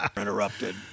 Interrupted